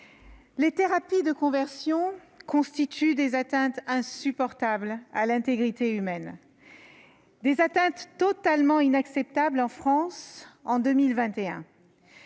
les « thérapies de conversion » constituent des atteintes insupportables à l'intégrité humaine. Elles sont totalement inacceptables en France en 2021.